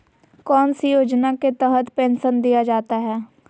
कौन सी योजना के तहत पेंसन दिया जाता है?